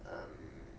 um